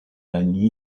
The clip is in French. lagny